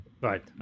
Right